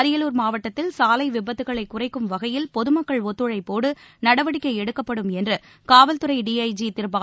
அரியலூர் மாவட்டத்தில் சாலை விபத்துக்களை குறைக்கும் வகையில் பொதமக்கள் ஒத்துழைப்போடு நடவடிக்கை எடுக்கப்படும் என்று காவல்துறை டிஐஜி திரு பாலகிருஷ்ணன் தெரிவித்துள்ளார்